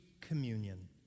communion